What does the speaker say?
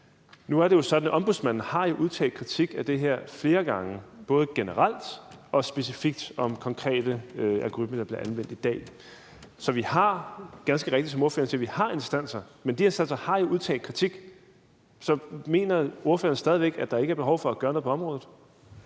Nu er det jo sådan, at Ombudsmanden har udtalt kritik af det her flere gange, både generelt og specifikt om konkrete algoritmer, der bliver anvendt i dag. Så vi har, ganske rigtigt som ordføreren siger, instanser, men de instanser har jo udtalt kritik. Så mener ordføreren stadig væk, at der ikke er behov for at gøre noget på området?